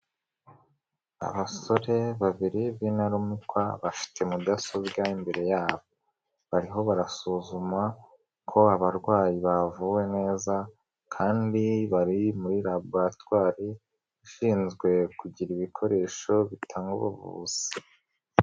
Abasore babiri b'intarumukwa, bafite mudasobwa imbere yabo, bariho barasuzuma ko abarwayi bavuwe neza kandi bari muri laboratwari, ishinzwe kugira ibikoresho bitanga ubuvuzi.